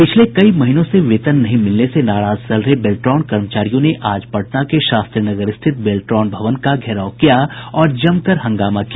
पिछले कई महीनों से वेतन नहीं मिलने से नाराज चल रहे बेल्ट्रॉन कर्मचारियों ने आज पटना के शास्त्रीनगर स्थित बेल्ट्रॉन भवन का घेराव किया और जमकर हंगामा किया